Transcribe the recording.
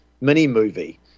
mini-movie